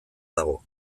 dago